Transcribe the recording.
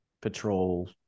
patrol